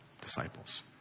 disciples